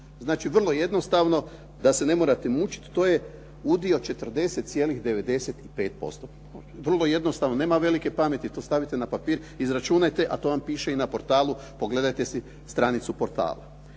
Znači, vrlo jednostavno da se ne morate mučiti to je udio 40.95%. Vrlo jednostavno, nema velike pameti, to stavite na papir, izračunajte a to vam piše i na portalu, pogledajte si stranicu portala.